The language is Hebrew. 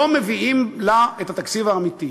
לא מביאים לה את התקציב האמיתי.